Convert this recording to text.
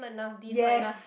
yes